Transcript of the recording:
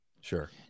Sure